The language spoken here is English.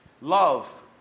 Love